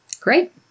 Great